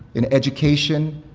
in education,